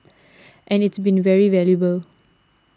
and it's been very valuable